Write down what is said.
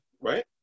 right